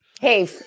Hey